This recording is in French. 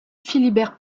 philibert